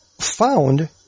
found